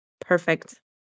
perfect